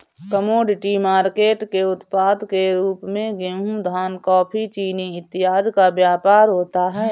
commodity market के उत्पाद के रूप में गेहूं धान कॉफी चीनी इत्यादि का व्यापार होता है